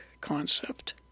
concept